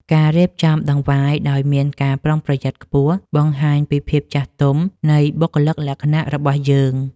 ការរៀបចំដង្វាយដោយមានការប្រុងប្រយ័ត្នខ្ពស់បង្ហាញពីភាពចាស់ទុំនៃបុគ្គលិកលក្ខណៈរបស់យើង។